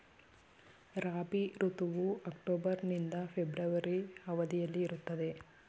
ರಾಬಿ ಋತುವು ಅಕ್ಟೋಬರ್ ನಿಂದ ಫೆಬ್ರವರಿ ಅವಧಿಯಲ್ಲಿ ಇರುತ್ತದೆ